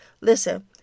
Listen